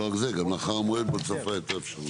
לא רק זה, גם "לאחר המועד בו צפה את האפשרות".